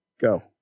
Go